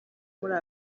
muri